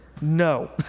No